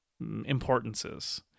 importances